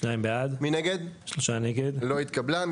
הצבעה בעד, 2 נגד, 3 נמנעים, 0 הרביזיה לא התקבלה.